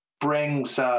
brings